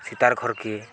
ସୀତାର ଘର୍କେ ଏ